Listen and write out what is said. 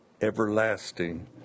everlasting